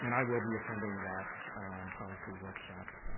and i will be attending that policy workshop.